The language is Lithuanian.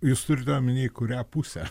jūs turite omeny kurią pusę